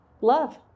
Love